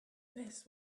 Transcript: this